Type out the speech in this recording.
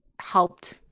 helped